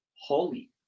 Holy